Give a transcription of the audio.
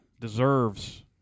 deserves